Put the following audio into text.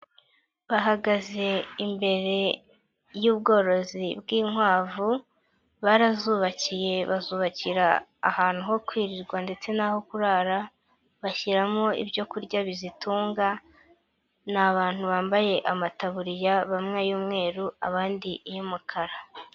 Bahagaze imbere y'ubworozi bw'inkwavu, barazubakiye bazubakira ahantu ho kwirirwa ndetse naho kurara, bashyiramo ibyo kurya bizitunga, ni abantu bambaye amataburiya, bamwe ay'umweru, abandi iy'umukara.